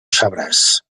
sabràs